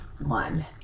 one